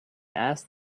asked